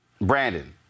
Brandon